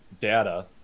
data